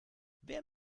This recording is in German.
wer